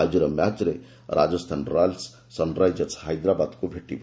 ଆକିର ମ୍ୟାଚରେ Rajasthan Royals Sunrisers ହାଇଦ୍ରାବାଦ୍କୁ ଭେଟିବ